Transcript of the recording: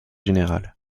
général